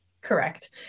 Correct